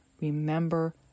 remember